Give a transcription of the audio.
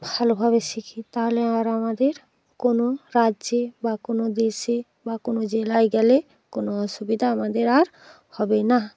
ভালোভাবে শিখি তাহলে আর আমাদের কোনও রাজ্যে বা কোনও দেশে বা কোনও জেলায় গ্যালে কোনও অসুবিধা আমাদের আর হবে না